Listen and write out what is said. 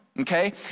okay